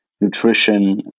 nutrition